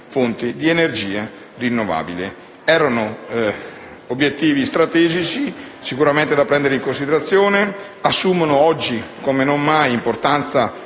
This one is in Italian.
fonti di energia rinnovabili. Erano obiettivi strategici sicuramente da prendere in considerazione; assumono oggi come non mai importanza